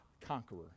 conqueror